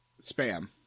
spam